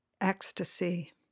ecstasy